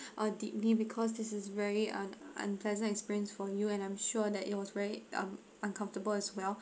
uh deeply because this is very an unpleasant experience for you and I'm sure that it was very um uncomfortable as well